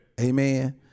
Amen